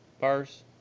bars